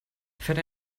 fährt